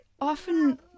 often